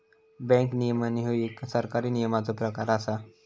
bank नियमन ह्यो एक सरकारी नियमनाचो प्रकार असा